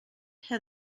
had